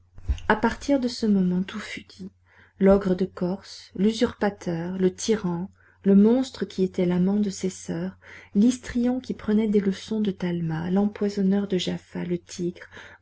à partir de ce moment tout fut dit l'ogre de corse l'usurpateur le tyran le monstre qui était l'amant de ses soeurs l'histrion qui prenait des leçons de talma l'empoisonneur de jaffa le tigre